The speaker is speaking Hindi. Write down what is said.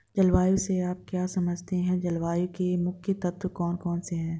जलवायु से आप क्या समझते हैं जलवायु के मुख्य तत्व कौन कौन से हैं?